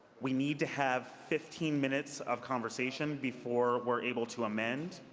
we need to have fifteen minutes of conversation before we're able to amend.